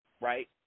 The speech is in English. right